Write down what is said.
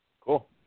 Cool